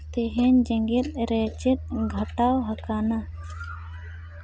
ᱛᱮᱦᱮᱧ ᱡᱮᱜᱮᱫ ᱨᱮ ᱪᱮᱫ ᱜᱷᱚᱴᱟᱣ ᱟᱠᱟᱱᱟ